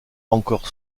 encore